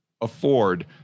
afford